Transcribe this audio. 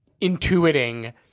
intuiting